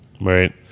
right